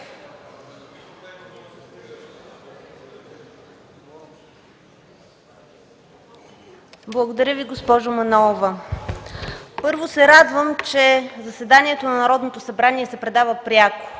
Благодаря Ви, госпожо Манолова. Първо се радвам, че заседанието на Народното събрание се предава пряко